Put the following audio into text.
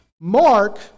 Mark